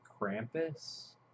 Krampus